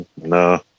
No